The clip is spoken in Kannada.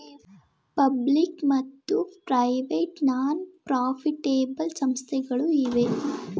ಪಬ್ಲಿಕ್ ಮತ್ತು ಪ್ರೈವೇಟ್ ನಾನ್ ಪ್ರಾಫಿಟೆಬಲ್ ಸಂಸ್ಥೆಗಳು ಇವೆ